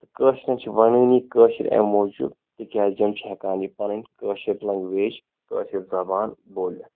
تہٕ کٲشرٮ۪ن چھِ ونٲنی کٲشٕر امۍ موٗجوٗب تِکیٛازِ یِم چھِ ہٮ۪کان یہِ پَنٕنۍ کٲشٕر لنٛگویج کٲشٕر زَبان بولِتھ